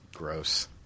Gross